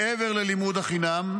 מעבר ללימוד חינם,